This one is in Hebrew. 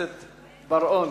אדוני,